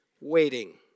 waiting